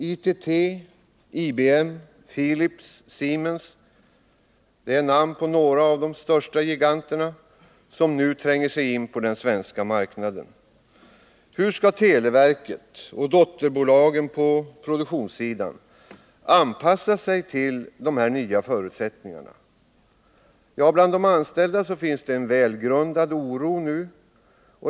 ITT, IBM, Philips och Siemens heter några av de största giganterna som nu tränger sig in på den svenska marknaden. Hur skall televerket och dotterbolagen på produktionssidan anpassa sig till de nya förutsättningarna? Bland de anställda finns det en välgrundad oro.